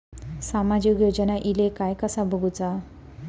सामाजिक योजना इले काय कसा बघुचा?